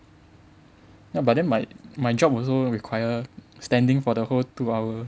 ya but then my my job also require standing for the whole two hour